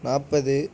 நாற்பது